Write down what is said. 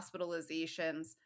hospitalizations